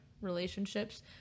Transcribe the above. relationships